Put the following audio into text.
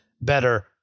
better